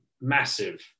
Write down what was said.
Massive